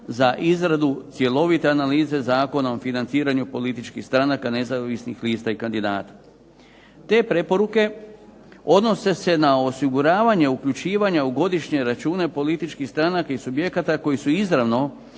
za izradu cjelovite analize Zakona o financiranju političkih stranaka, nezavisnih lista i kandidata. Te preporuke odnose se na osiguravanje uključivanja u godišnje račune političkih stranaka i subjekata koji su izravno